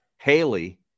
Haley